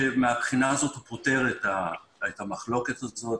ומהבחינה הזאת הוא פותר את המחלוקת הזאת